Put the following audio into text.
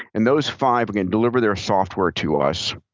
and those five are going to deliver their software to us,